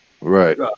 Right